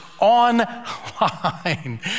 online